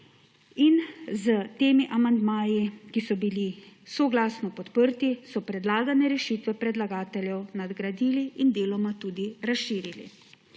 Ti amandmaji, ki so bili soglasno podprti, so predlagane rešitve predlagateljev nadgradili in deloma tudi razširili.